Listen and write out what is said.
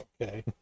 okay